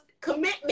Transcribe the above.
commitment